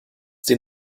den